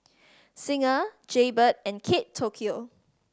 Singha Jaybird and Kate Tokyo